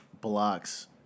blocks